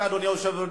אדוני היושב-ראש,